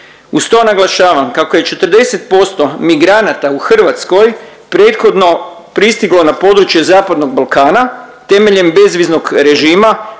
Uz to naglašavam kako je 40% migranata u Hrvatskoj prethodno pristiglo na područje zapadnog Balkana temeljem bezviznog režima,